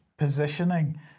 Positioning